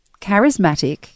charismatic